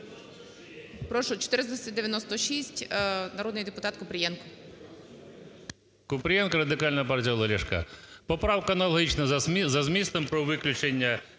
Прошу, 496, народний депутат Купрієнко.